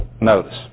notice